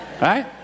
Right